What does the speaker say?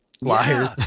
liars